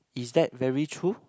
is that very true